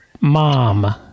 mom